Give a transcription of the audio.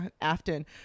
Afton